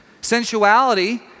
Sensuality